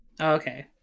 okay